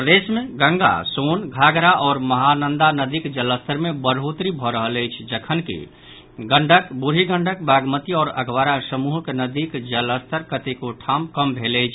प्रदेश मे गंगा सोन घाघरा आओर महानंदा नदीक जलस्तर मे बढ़ोतरी भऽ रहल अछि जखनकि गंडक बूढ़ी गंडक बागमती आओर अधवारा समूहक नदीक जलस्तर कतेको ठाम कम भेल अछि